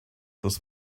this